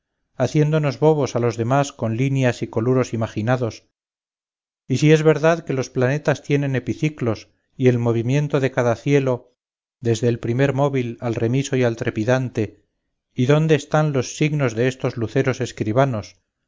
haciéndonos bobos a los demás con líneas y coluros imaginados y si es verdad que los planetas tienen epiciclos y el movimiento de cada cielo desde el primer móvil al remiso y al trepidante y dónde están los signos de estos luceros escribanos